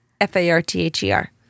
F-A-R-T-H-E-R